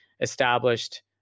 established